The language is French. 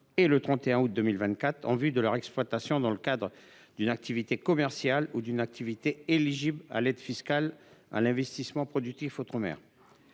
et le 31 août 2024, en vue de leur exploitation dans le cadre d’une activité commerciale ou d’une activité éligible à l’aide fiscale en faveur de l’investissement productif en outre mer.